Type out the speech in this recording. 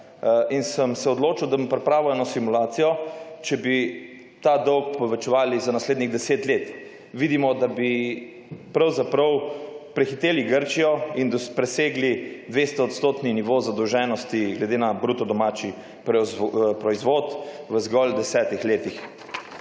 in sem se odločil, da bom pripravil eno simulacijo, če bi ta dolg povečevali za naslednjih deset let, vidimo, da bi pravzaprav prehiteli Grčijo in presegli 200 odstotni nivo zadolženosti glede na bruto domači proizvod v zgolj desetih letih.